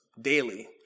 daily